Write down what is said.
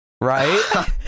Right